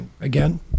again